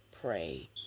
pray